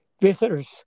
visitors